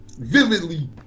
vividly